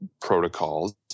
protocols